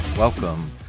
Welcome